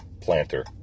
planter